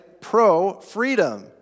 pro-freedom